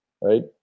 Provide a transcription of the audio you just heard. right